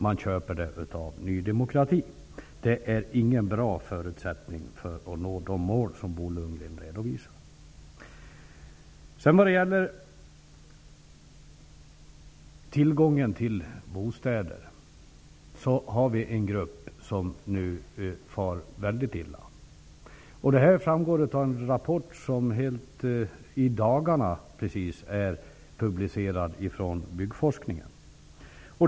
Man köper av Ny demokrati. Det är ingen bra förutsättning för att nå de mål som Bo Lundgren redovisar. När det gäller tillgången på bostäder finns det en grupp som far mycket illa. Det framgår av en rapport som i dagarna har publicerats från byggforskningen.